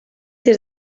des